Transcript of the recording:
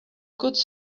good